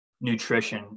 nutrition